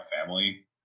family